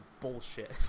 bullshit